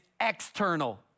external